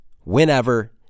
whenever